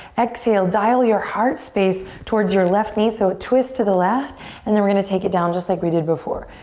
exhale, dial your heart space towards your left knee. so, twist to the left and then we're gonna take it down just like we did before.